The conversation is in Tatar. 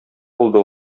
булды